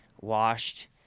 washed